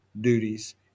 duties